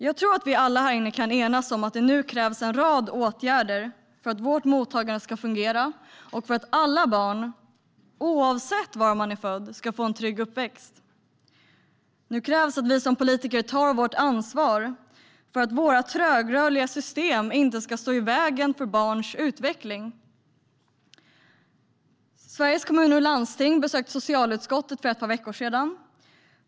Jag tror att vi alla här inne kan enas om att det krävs en rad åtgärder för att vårt mottagande ska fungera och för att alla barn, oavsett var de är födda, ska få en trygg uppväxt. Nu krävs det att vi som politiker tar vårt ansvar för att våra trögrörliga system inte ska stå i vägen för barns utveckling. Sveriges Kommuner och Landsting besökte socialutskottet för ett par veckor sedan.